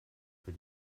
für